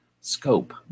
scope